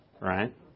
Right